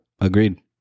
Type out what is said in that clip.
agreed